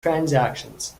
transactions